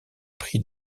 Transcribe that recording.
pris